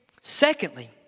Secondly